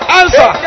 answer